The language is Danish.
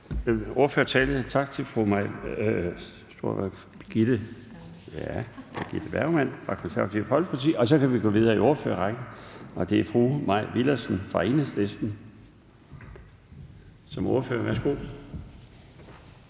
af fru Birgitte Bergman fra Det Konservative Folkeparti. Så kan vi gå videre i ordførerrækken, og det er nu fru Mai Villadsen fra Enhedslisten. Værsgo.